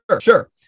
sure